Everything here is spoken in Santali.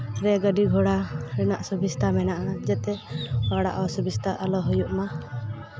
ᱨᱮ ᱜᱟᱹᱰᱤ ᱜᱷᱚᱲᱟ ᱨᱮᱱᱟᱜ ᱥᱩᱵᱤᱫᱷᱟ ᱢᱮᱱᱟᱜᱼᱟ ᱡᱟᱛᱮ ᱦᱚᱲᱟᱜ ᱚᱥᱩᱵᱤᱛᱟ ᱟᱞᱚ ᱦᱩᱭᱩᱜ ᱢᱟ